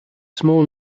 small